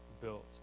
built